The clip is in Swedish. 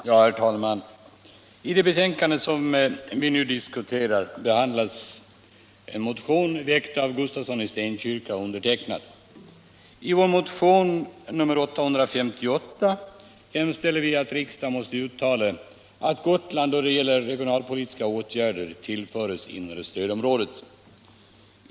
Herr talman! I det betänkande som vi nu diskuterar behandlas även en motion väckt av herr Gustafsson i Stenkyrka och undertecknad. I vår motion 1975/76:858 hemställer vi att riksdagen måtte uttala att Gotland då det gäller regionalpolitiska åtgärder tillföres det inre stödområdet.